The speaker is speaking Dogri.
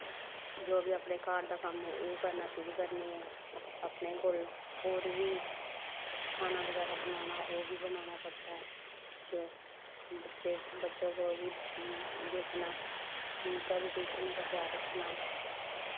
जो बी अपने घर दा कम्म ओह् करना शुरु करनी ऐं अपने कोल होर बी खाना बगैरा बनाना ओह् बी बनाना पौंदा ऐ जो बच्चें गी बी दिक्खना उनका बी टिफन का ख्याल रक्खना